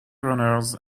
runners